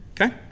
Okay